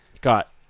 got